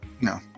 No